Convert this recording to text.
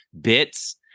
bits